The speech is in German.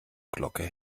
glocke